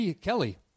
Kelly